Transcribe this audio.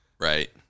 Right